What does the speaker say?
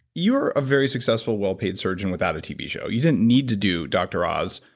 you're a very successful well-paid surgeon without a tv show. you didn't need to do dr. oz,